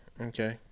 Okay